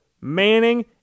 Manning